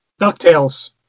DuckTales